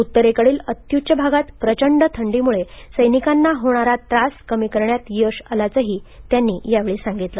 उत्तरेकडील अत्युच्च भागात प्रचंड थंडीमुळे सैनिकांना होणारा त्रास कमी करण्यात यश आल्याचंही त्यांनी सांगितलं